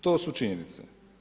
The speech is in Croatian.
To su činjenice.